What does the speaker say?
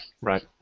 Right